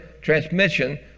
transmission